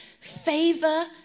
favor